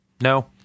No